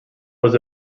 was